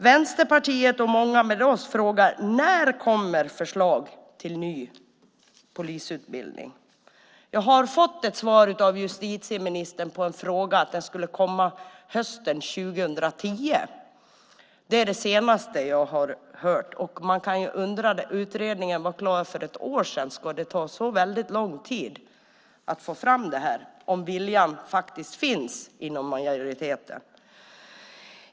Vänsterpartiet, och många med oss, undrar när det kommer förslag om en ny polisutbildning. På en fråga har jag från justitieministern fått svaret att det blir hösten 2010. Det är det senaste jag har hört, men man kan undra. Utredningen var klar för ett år sedan. Ska det behöva ta så väldigt lång tid att få fram detta - om nu viljan finns hos majoriteten?